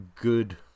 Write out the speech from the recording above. Good